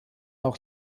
auch